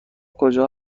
کجا